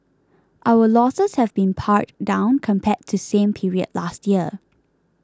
our losses have been pared down compared to same period last year